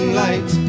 light